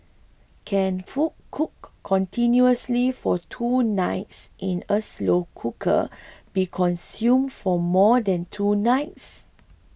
can food cooked continuously for two nights in a slow cooker be consumed for more than two nights